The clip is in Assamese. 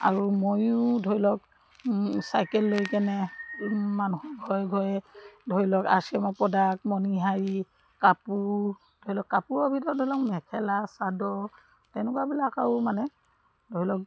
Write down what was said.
আৰু ময়ো ধৰি লওক চাইকেল লৈ কেনে মানুহৰ ঘৰে ঘৰে ধৰি লওক আৰ চি এমৰ প্ৰডাক্ট মণিহাৰী কাপোৰ ধৰি লওক কাপোৰৰ ভিতৰত ধৰি লওক মেখেলা চাদৰ তেনেকুৱাবিলাক আৰু মানে ধৰি লওক